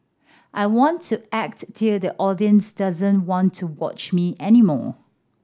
I want to act till the audience doesn't want to watch me any more